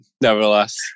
nevertheless